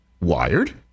wired